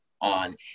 on